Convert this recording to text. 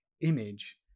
image